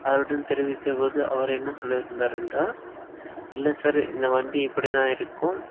அவருடன் தெரிவித்தபோது அவர் என்ன சொல்லிருந்தார் என்றால் இல்லை சார் இந்த வண்டி இப்படிதான் இருக்கும்